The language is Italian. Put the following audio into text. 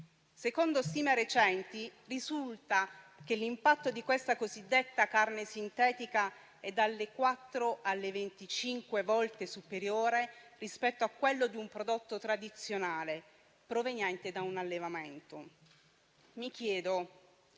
Secondo recenti stime, l'impatto di questa cosiddetta carne sintetica è dalle quattro alle 25 volte superiore rispetto a quello di un prodotto tradizionale proveniente da un allevamento. Mi chiedo: